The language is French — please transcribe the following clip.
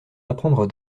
apprendre